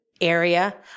area